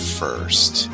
first